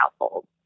households